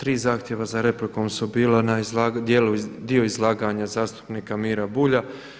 Tri zahtjeva za replikom su bila na dio izlaganja zastupnika Mira Bulja.